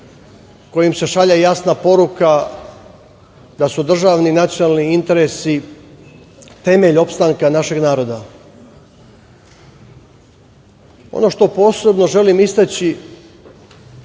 kojim se šalje jasna poruka da su državni i nacionalni interesi temelj opstanka našeg naroda. Ono što posebno želim istaći